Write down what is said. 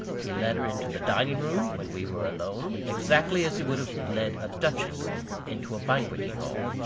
he led her into the dining-room, when we were alone, exactly as he would have led a duchess into a banqueting-hall.